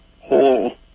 whole